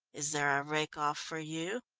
is there a rake-off for you?